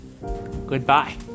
goodbye